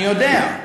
אני יודע,